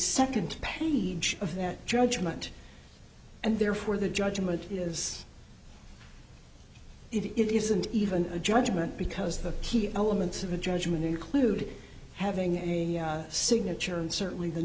second page of that judgment and therefore the judgment is it isn't even a judgment because the key elements of a judgment include having a signature and